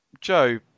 Joe